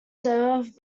served